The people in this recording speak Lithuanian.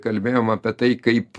kalbėjom apie tai kaip